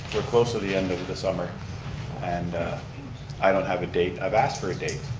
we're close to the end of the summer and i don't have a date. i've asked for a date,